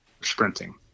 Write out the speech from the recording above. sprinting